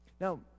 Now